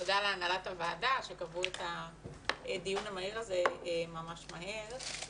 תודה להנהלת הוועדה שקבעו את הדיון המהיר הזה ממש מהר.